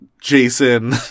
Jason